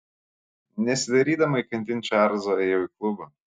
nesidairydama įkandin čarlzo ėjau į klubą